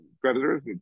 creditors